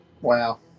Wow